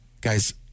Guys